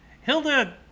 hilda